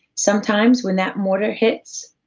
sometimes, when that mortar hits,